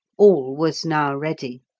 all was now ready,